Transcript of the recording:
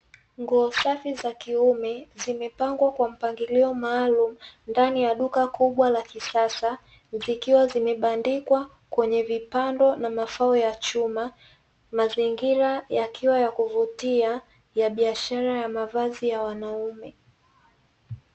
Nguo safi za kiume, zimepangwa kwa mpangilio maalumu ndani ya duka kubwa la kisasa, zikiwa zimebandikwa kwenye vipando na vifaa vya chuma, mazingira yakiwa ya kuvutia ya biashara ya mavazi ya wanaume.